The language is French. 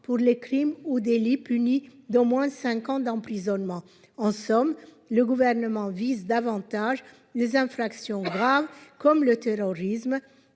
pour les crimes ou délits punis d'au moins cinq ans d'emprisonnement. En somme, le Gouvernement vise davantage les infractions graves, comme le terrorisme,